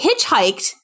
hitchhiked